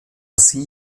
sie